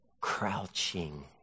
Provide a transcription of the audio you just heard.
Crouching